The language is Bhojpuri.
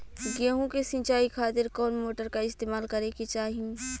गेहूं के सिंचाई खातिर कौन मोटर का इस्तेमाल करे के चाहीं?